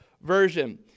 version